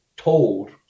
told